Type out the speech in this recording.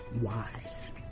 wise